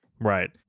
right